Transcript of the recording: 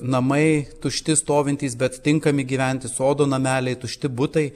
namai tušti stovintys bet tinkami gyventi sodo nameliai tušti butai